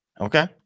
Okay